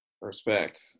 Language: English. Respect